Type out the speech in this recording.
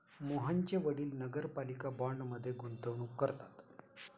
मोहनचे वडील नगरपालिका बाँडमध्ये गुंतवणूक करतात